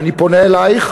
אני פונה אלייך,